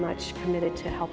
much committed to help